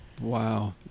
Wow